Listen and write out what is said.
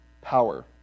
power